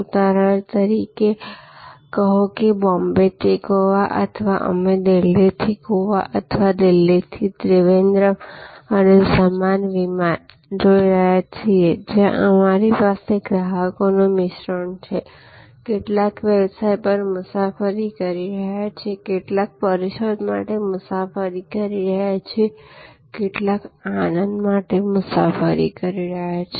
ઉદાહરણ તરીકે કહો કે બોમ્બેથી ગોવા અથવા અમે દિલ્હીથી ગોવા અથવા દિલ્હીથી ત્રિવેન્દ્રમ અને સમાન વિમાન જોઈ રહ્યા છીએ જ્યાં અમારી પાસે ગ્રાહકોનું મિશ્રણ છે કેટલાક વ્યવસાય પર મુસાફરી કરી રહ્યા છે કેટલાક પરિષદ માટે મુસાફરી કરી રહ્યા છે કેટલાક આનંદ માટે મુસાફરી કરી રહ્યા છે